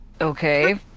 Okay